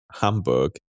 Hamburg